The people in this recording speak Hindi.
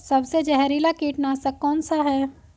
सबसे जहरीला कीटनाशक कौन सा है?